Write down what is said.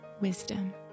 wisdom